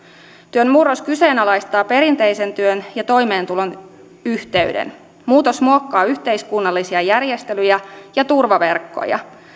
työn murros kyseenalaistaa perinteisen työn ja toimeentulon yhteyden muutos muokkaa yhteiskunnallisia järjestelyjä ja turvaverkkoja